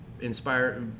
inspire